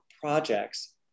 projects